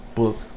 book